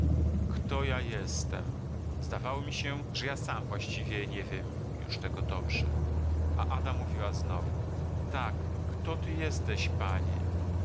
kto ja jestem zdawało mi się że ja sam właściwie nie wiem już tego dobrze a ada mówiła znowu tak kto ty jesteś panie